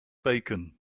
bacon